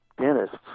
dentists